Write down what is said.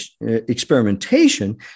experimentation